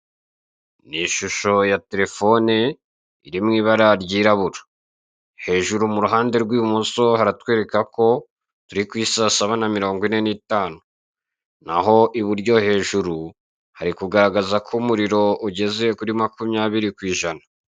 Ni ishusho ya terefone iri mw'ibara ryirabura hejuru muruhande rw'ibumoso haratwereka ko turi kw'i saa saba na mirongine n'itanu naho iburyo hejuru hari kugaragaza ko umuriro ugeze kuri makumyabiri kw'ijana.